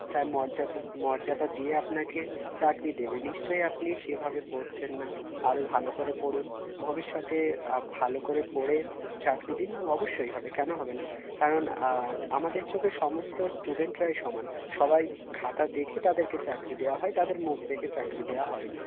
তার মর্যাদা মর্যাদা দিয়ে আপনাকে চাকরি দেবে নিশ্চয়ই আপনি সেভাবে পড়ছেন না আরও ভালো করে পড়ুন ভবিষ্যতে ভালো করে পড়ে চাকরি দিন অবশ্যই হবে কেন হবে না কারণ আমাদের চোখে সমস্ত স্টুডেন্টরাই সমান সবাই খাতা দেখে তাদেরকে চাকরি দেওয়া হয় তাদের মুখ দেখে চাকরি দেওয়া হয় না